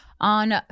On